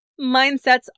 Mindsets